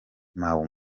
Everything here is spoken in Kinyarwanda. mau